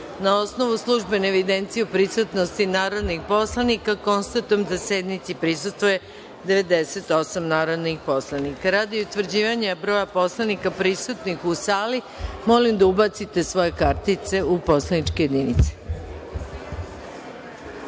osnovu službene evidencije o prisutnosti narodnih poslanika, konstatujem da sednici prisustvuje 98 narodnih poslanika. Radi utvrđivanja broja narodnih poslanika prisutnih u sali molim da ubacite svoje kartice u poslaničke